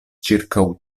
ĉirkaŭ